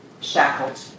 shackled